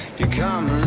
become,